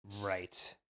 Right